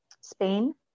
Spain